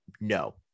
No